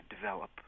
develop